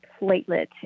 platelet